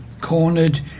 cornered